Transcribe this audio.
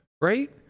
right